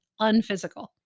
unphysical